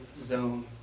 zone